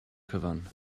cyfan